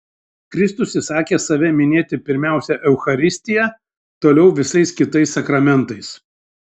kristus įsakė save minėti pirmiausia eucharistija toliau visais kitais sakramentais